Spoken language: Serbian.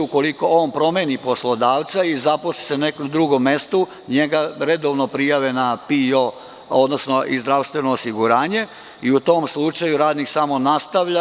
Ukoliko on promeni poslodavca i zaposli se na nekom drugom mestu, njega redovno prijave na PIO i zdravstveno osiguranje i u tom slučaju radnik samo nastavlja.